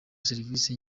serivisi